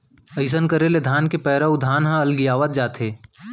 अइसन करे ले धान के पैरा अउ धान ह अलगियावत जाथे